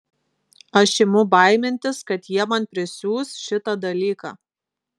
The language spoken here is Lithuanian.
aš imu baimintis kad jie man prisiūs šitą dalyką